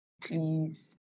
please